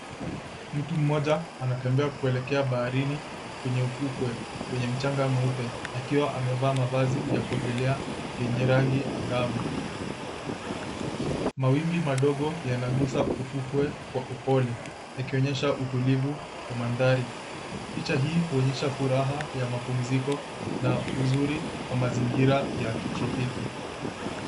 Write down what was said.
Mtu mmoja anatembea kuelekea baharini kwenye ufukwe wenye mchanga mweupe akiwa amevaa mavazi ya kuogelea yenye rangi angavu. Mawimbi madogo yanagusa ufukwe kwa upole ikionyesha utulivu kwa mandhari. Picha hii huonyesha furaha ya mapumziko na uzuri wa mazingira ya kitropiki.